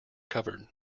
covered